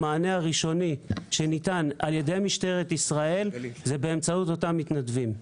המענה הראשוני שניתן על ידי משטרת ישראל זה באמצעות אותם מתנדבים.